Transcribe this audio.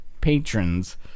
patrons